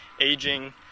aging